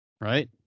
right